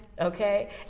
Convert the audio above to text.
okay